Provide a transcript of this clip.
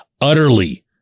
utterly